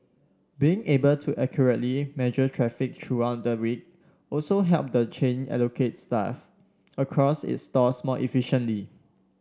being able to accurately measure traffic throughout the week also helped the chain allocate staff across its stores more efficiently